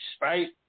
right